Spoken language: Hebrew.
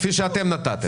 כפי שאתם נתתם.